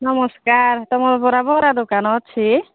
ନମସ୍କାର ତୁମର ପରା ବରା ଦୋକାନ ଅଛି